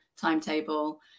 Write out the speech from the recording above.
timetable